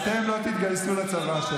אתם לא תתגייסו לצבא.